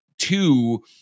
Two